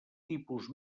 tipus